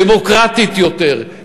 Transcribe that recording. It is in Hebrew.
דמוקרטית יותר,